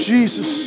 Jesus